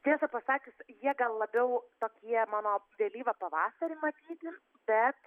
tiesą pasakius jie gal labiau tokie mano vėlyvą pavasarį matyti bet